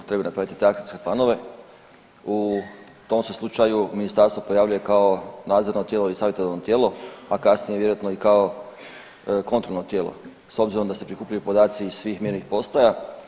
Treba napraviti te akcijske planove u tom se slučaju ministarstvo pojavljuje kao nadzorno tijelo i savjetodavno tijelo, a kasnije vjerojatno i kao kontrolno tijelo s obzirom da se prikupljaju podaci iz svih mjernih postaja.